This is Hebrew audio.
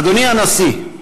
אדוני הנשיא,